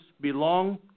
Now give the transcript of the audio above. belong